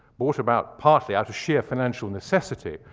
brought about partly out of sheer financial necessity,